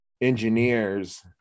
engineers